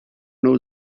know